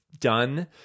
done